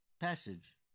passage